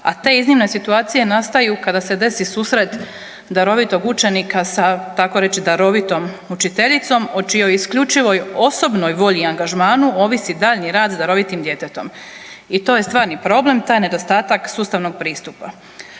a te iznimne situacije nastaju kada se desi susret darovitog učenika sa tako reći darovitom učiteljicom o čijoj isključivoj osobnoj volji i angažmanu ovisi daljnji rad sa darovitim djetetom. I to je stvarni problem taj nedostatak sustavnog pristupa.